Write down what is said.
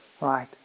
right